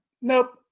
nope